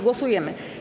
Głosujemy.